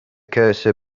cursor